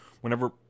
whenever